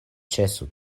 ĉesu